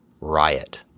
Riot